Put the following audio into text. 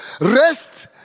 rest